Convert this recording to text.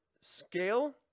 scale